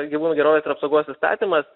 gyvūnų gerovės ir apsaugos įstatymas